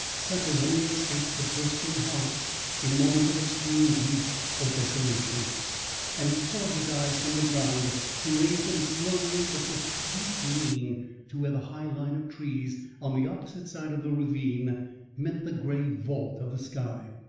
such as only escapes the bursting heart in moments of extreme grief or desolation and he tore his eyes from the ground to raise them slowly but with deep meaning to where the high line of trees on the opposite side of the ravine met the grey vault of the sky.